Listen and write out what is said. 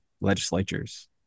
legislatures